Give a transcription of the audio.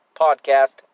Podcast